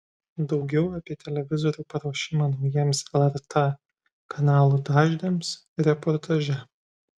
daugiau apie televizorių paruošimą naujiems lrt kanalų dažniams reportaže